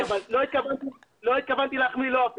לא התכוונתי להחמיא לו.